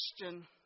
question